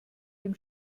dem